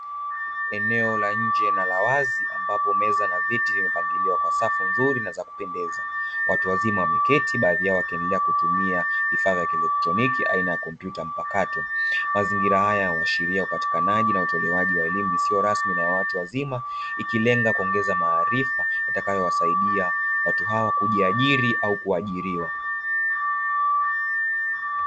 Eneo la nje na la wazi ambapo meza na viti vimepangiliwa kwa safu nzuri na za kupendeza. Watu wazima wameketi baadhi yao wakiendelea kutumia vifaa vya kielektroniki aina ya kompyuta mpakato. Mazingira haya huashiria upatikanaji na utolewaji wa elimu isiyo rasmi na ya watu wazima ikilenga kuongeza maarifa yatakayowasaidia watu hao kujiajiri au kuajiriwa.